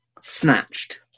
Snatched